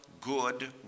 good